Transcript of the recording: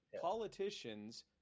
politicians